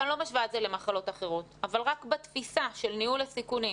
ואני לא משווה את זה למחלות אחרות אבל רק בתפיסה של ניהול הסיכונים,